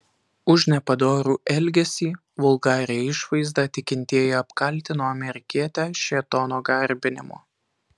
už nepadorų elgesį vulgarią išvaizdą tikintieji apkaltino amerikietę šėtono garbinimu